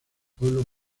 pueblo